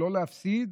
ולא להפסיד,